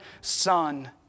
Son